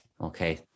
Okay